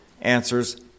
answers